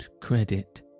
credit